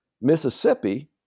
Mississippi